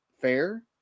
fair